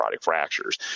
fractures